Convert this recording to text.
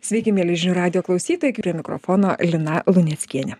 sveiki mieli žinių radijo klausytojai prie mikrofono lina luneckienė